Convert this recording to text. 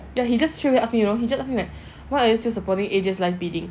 ya he just straight away ask me you know he just ask me like why are you still supporting A_J live bidding